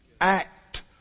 Act